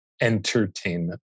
entertainment